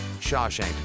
Shawshank